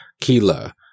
Kila